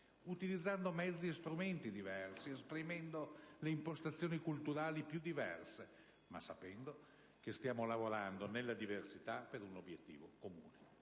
utilizzando mezzi e strumenti diversi, esprimendo le impostazioni culturali più diverse, ma sapendo che stiamo lavorando nella diversità per un obiettivo comune.